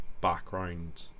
background